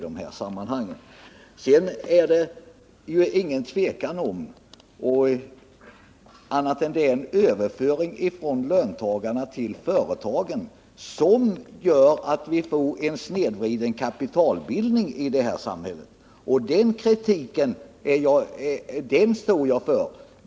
Det är inget tvivel om att det är en överföring från löntagarna till företagen som gör att vi får en snedvriden kapitalbildning i samhället. Den kritiken står jag för.